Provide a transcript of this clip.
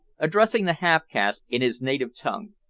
addressing the half-caste in his native tongue,